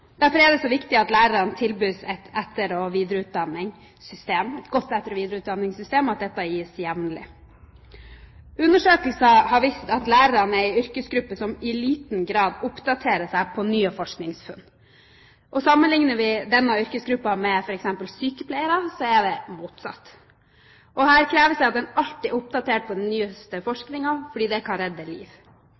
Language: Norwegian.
Derfor er det så viktig at lærerne tilbys et godt etter- og videreutdanningssystem, og at dette gis jevnlig. Undersøkelser har vist at lærerne er en yrkesgruppe som i liten grad oppdaterer seg på nye forskningsfunn. Sammenligner vi denne yrkesgruppen med f.eks. sykepleierne, er det motsatt. Her kreves det at en alltid er oppdatert på den nyeste forskningen, for det kan redde liv.